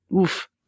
oof